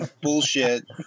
Bullshit